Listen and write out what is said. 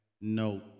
no